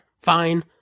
fine